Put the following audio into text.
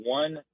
one